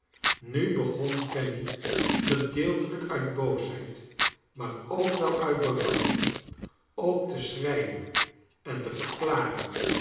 nu begon fanny gedeeltelijk uit boosheid maar ook wel uit berouw ook te schreien en te verklaren